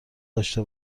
داشته